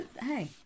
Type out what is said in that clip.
Hey